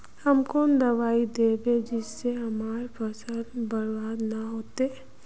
हम कौन दबाइ दैबे जिससे हमर फसल बर्बाद न होते?